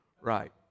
right